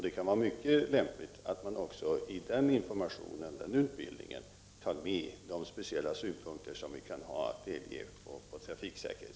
Det kan vara mycket lämpligt att man vid denna information även informerar om trafiksäkerhet.